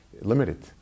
limited